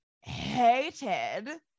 hated